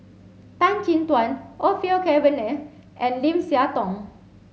Tan Chin Tuan Orfeur Cavenagh and Lim Siah Tong